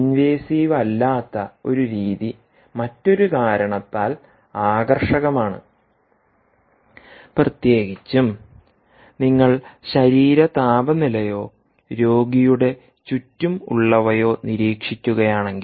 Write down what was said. invasive അല്ലാത്ത ഒരു രീതി മറ്റൊരു കാരണത്താൽ ആകർഷകമാണ് പ്രത്യേകിച്ചും നിങ്ങൾ ശരീര താപനിലയോ രോഗിയുടെ ചുറ്റുമുള്ളവയോ നിരീക്ഷികുകയാണെങ്കിൽ